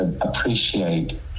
appreciate